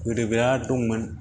गोदो बेराद दंमोन